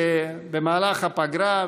במהלך הפגרה,